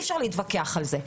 אי אפשר להתווכח על זה.